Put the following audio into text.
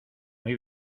muy